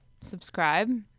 Subscribe